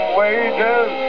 wages